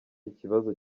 ikibazo